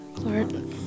Lord